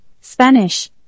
Spanish